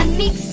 mix